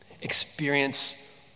experience